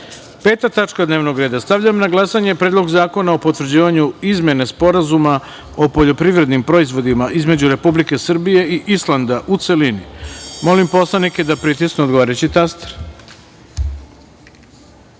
tačka dnevnog reda. Stavljam na glasanje Predlog zakona o potvrđivanju Izmene Sporazuma o poljoprivrednim proizvodima između Republike Srbije i Islanda, u celini. Molim poslanike da pritisnu odgovarajući